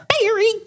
Barry